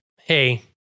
Hey